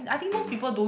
different